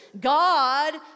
God